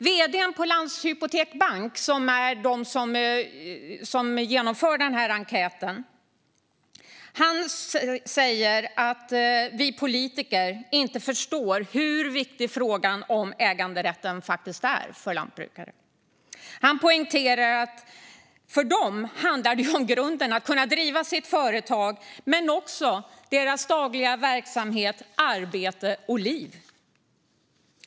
Vd:n för Landshypotek Bank, som genomför denna enkät, säger att vi politiker inte förstår hur viktig frågan om äganderätten faktiskt är för lantbrukarna. Han poängterar att det för dem handlar om grunden för att kunna driva sitt företag men också deras dagliga verksamhet, arbete och liv.